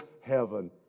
heaven